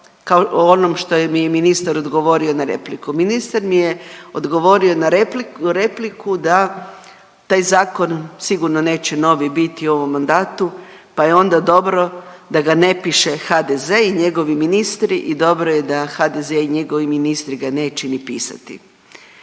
kao u onom što mi je i ministar odgovorio na repliku. Ministar mi je odgovorio na repliku da taj zakon sigurno neće novi biti u ovom mandatu, pa je onda dobro da ga ne piše HDZ i njegovi ministri i dobro je da HDZ i njegovi ministri ga neće ni pisati.